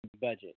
budget